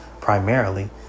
primarily